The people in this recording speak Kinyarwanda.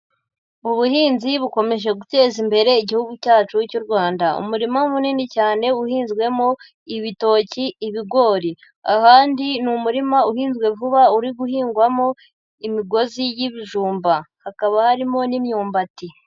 Ubuhinzi bukomeje guteza imbere Igihugu cyacu cy'u Rwanda, umurima munini cyane uhinzwemo ibitoki, ibigori, ahandi ni umurima uhinzwe vuba uri guhingwamo imigozi y'ibijumba hakaba harimo n'imyumbati.